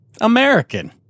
American